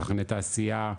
צרכני תעשייה,